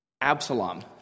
Absalom